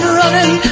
running